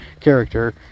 character